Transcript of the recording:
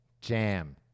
Jam